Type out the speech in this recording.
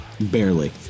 barely